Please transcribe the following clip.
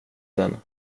den